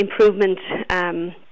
improvement